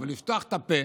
אבל לפתוח את הפה,